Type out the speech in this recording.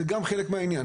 גם הם חלק מהעניין.